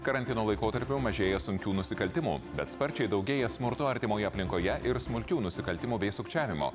karantino laikotarpiu mažėja sunkių nusikaltimų bet sparčiai daugėja smurto artimoje aplinkoje ir smulkių nusikaltimų bei sukčiavimo